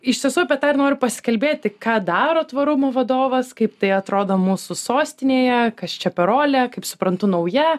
iš tiesų apie tą ir noriu pasikalbėti ką daro tvarumo vadovas kaip tai atrodo mūsų sostinėje kas čia per rolė kaip suprantu nauja